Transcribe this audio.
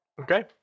Okay